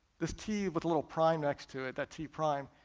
this t with a little prime next to it, that t prime,